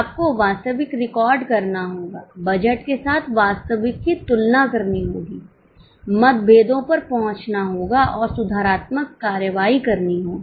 आपको वास्तविक रिकॉर्ड करना होगा बजट के साथ वास्तविक की तुलना करना होगी मतभेदों पर पहुँचना होगा और सुधारात्मक कार्रवाई करनी होगी